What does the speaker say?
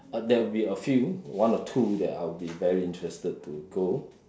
uh there will be a few one or two that I'll be very interested to go